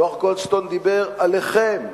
דוח-גולדסטון דיבר עליכם.